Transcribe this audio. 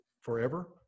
forever